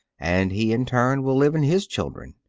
and he in turn will live in his children.